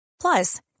Plus